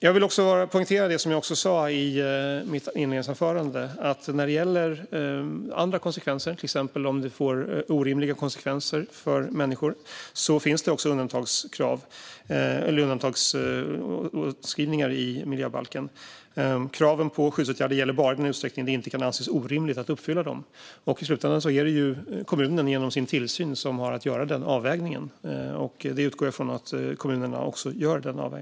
Jag vill poängtera det som jag sa i mitt inledningsanförande: När det gäller andra konsekvenser, till exempel om det blir helt orimliga konsekvenser för människor, finns det undantagsskrivningar i miljöbalken. Kraven på skyddsåtgärder gäller bara i den utsträckning det inte kan anses orimligt att uppfylla dem. I slutändan är det kommunen som genom sin tillsyn har att göra denna avvägning. Jag utgår från att kommunerna också gör detta.